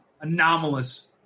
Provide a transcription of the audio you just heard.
anomalous